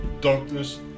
darkness